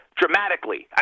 dramatically